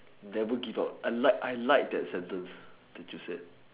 never I like I like that sentence that you said